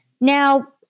Now